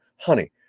Honey